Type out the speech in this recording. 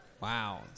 Wow